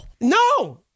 No